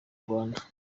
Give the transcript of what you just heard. rwanda